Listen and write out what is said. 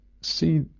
see